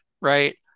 Right